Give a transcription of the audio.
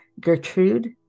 Gertrude